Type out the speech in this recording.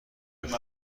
باشی